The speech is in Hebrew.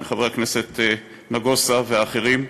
מחבר הכנסת נגוסה ואחרים.